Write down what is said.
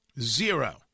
Zero